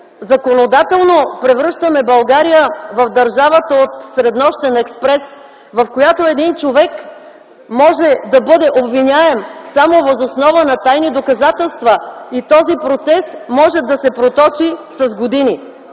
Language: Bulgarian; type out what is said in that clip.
законодателно превръщаме България в държавата от „Среднощен експрес”, в която един човек може да бъде обвиняем само въз основа на тайни доказателства и този процес може да се проточи с години?